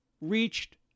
reached